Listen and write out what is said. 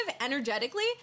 energetically